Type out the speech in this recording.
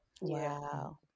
Wow